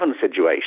situation